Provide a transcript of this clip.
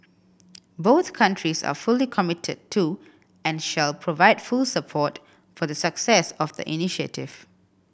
both countries are fully committed to and shall provide full support for the success of the initiative